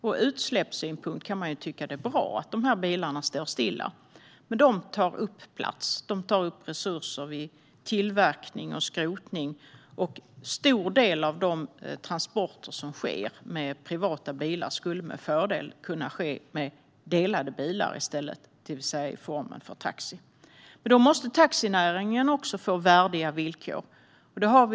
Ur utsläppssynpunkt kan man ju tycka att det är bra att de här bilarna står stilla, men de tar upp plats och tar upp resurser vid tillverkning och skrotning, och en stor del av de transporter som sker med privata bilar skulle med fördel kunna ske med delade bilar i stället, det vill säga i formen för taxi. Men då måste taxinäringen också få värdiga villkor.